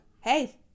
hey